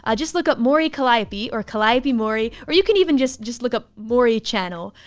ah just look up maury calliope or calliope maury. or you can even just just look up maury channel,